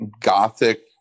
gothic